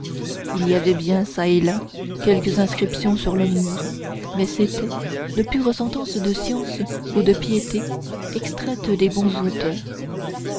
il y avait bien çà et là quelques inscriptions sur le mur mais c'étaient de pures sentences de science ou de piété extraites des bons auteurs